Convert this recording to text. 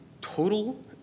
total